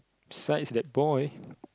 besides that boy